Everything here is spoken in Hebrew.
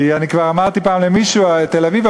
כי אני כבר אמרתי פעם למישהו: תל-אביבי,